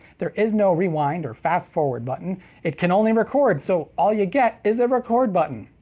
there is no rewind or fast forward button it can only record so all you get is a record button.